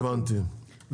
הבנתי.